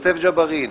יוסף ג'בארין,